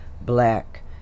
black